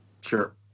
Sure